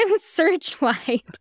searchlight